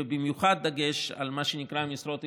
ובמיוחד דגש על מה שנקרא משרות איכותיות,